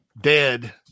dead